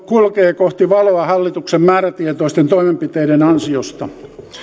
kulkee kohti valoa hallituksen määrätietoisten toimenpiteiden ansiosta